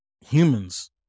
Humans